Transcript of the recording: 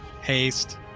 Haste